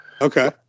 Okay